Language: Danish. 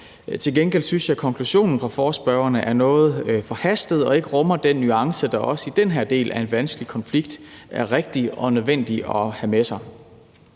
Til gengæld synes jeg, at konklusionen fra forespørgerne er noget forhastet, og at den ikke rummer den nuance, der også i den her del af en vanskelig konflikt er rigtig og nødvendig at have med sig.